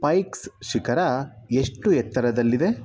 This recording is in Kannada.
ಪೈಕ್ಸ್ ಶಿಖರ ಎಷ್ಟು ಎತ್ತರದಲ್ಲಿದೆ